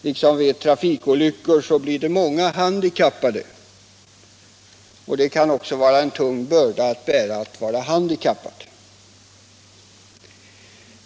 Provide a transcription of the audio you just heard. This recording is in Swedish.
Liksom vid trafikolyckor blir många handikappade också genom alkoholmissbruk, och det kan vara en tung börda att bära.